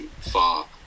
far